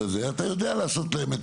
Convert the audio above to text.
אתה יודע לעשות להם,